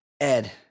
Ed